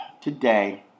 today